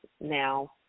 now